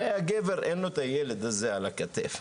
הרי הגבר אין לו את הילד הזה על הכתף.